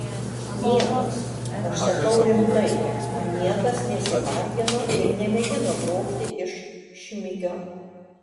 niekas aš sakau rimtai niekas nesivargino ir nemėgino grobti iš šmikio